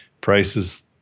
prices